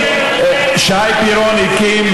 שי פירון הקים,